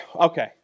okay